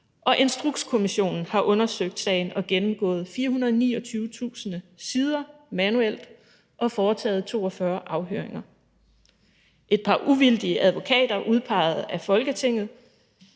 Instrukskommissionen har undersøgt sagen og gennemgået 429.000 sider manuelt og foretaget 42 afhøringer; et par uvildige advokater udpeget af Folketinget